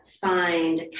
find